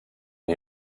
who